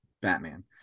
Batman